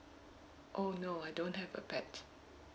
oh no like don't have a pet